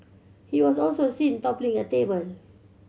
he was also seen toppling a table